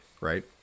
right